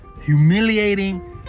humiliating